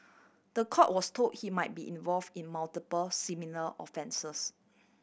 the court was told he might be involve in multiple similar offences